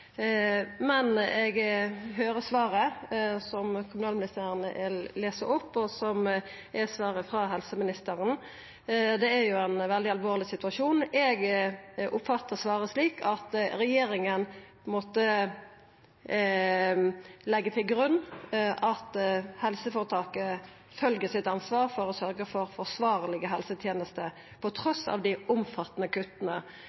Eg høyrer svaret som kommunalministeren les opp, og som er svaret frå helseministeren. Det er jo ein veldig alvorleg situasjon. Eg oppfattar svaret slik at regjeringa må leggja til grunn at helseføretaket følgjer opp sitt ansvar for å sørgje for forsvarlege helsetenester,